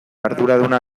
arduraduna